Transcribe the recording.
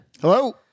Hello